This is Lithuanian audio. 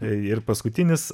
ir paskutinis